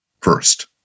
first